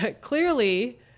Clearly